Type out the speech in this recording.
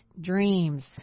dreams